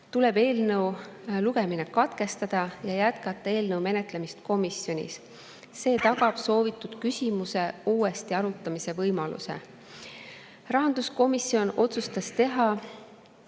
tuleb eelnõu lugemine katkestada ja jätkata eelnõu menetlemist komisjonis. See tagab soovitud küsimuse uuesti arutamise võimaluse. Rahanduskomisjon otsustas teha